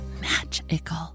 Magical